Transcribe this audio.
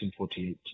1948